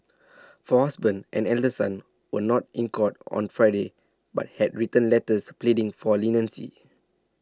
for husband and elder son were not in court on Friday but had written letters pleading for leniency